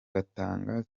batanga